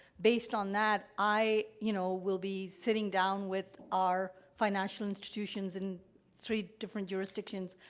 based on that, i, you know, will be sitting down with our financial institutions in three different jurisdictions,